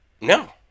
No